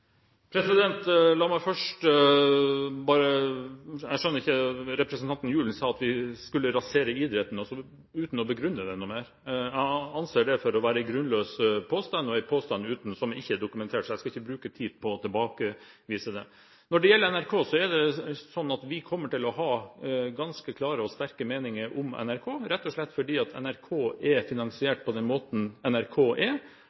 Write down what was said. La meg først si at jeg ikke skjønner det representanten Gjul sa om at vi skulle rasere idretten, uten å begrunne det mer. Jeg anser det for å være en grunnløs påstand, en påstand som ikke er dokumentert, så jeg skal ikke bruke tid på å tilbakevise det. Når det gjelder NRK, kommer vi til å ha ganske klare og sterke meninger om NRK, rett og slett fordi NRK er finansiert på den måten de er.